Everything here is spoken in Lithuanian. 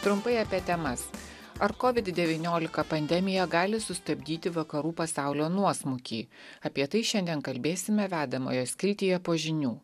trumpai apie temas ar kovid devyniolika pandemija gali sustabdyti vakarų pasaulio nuosmukį apie tai šiandien kalbėsime vedamojo skiltyje po žinių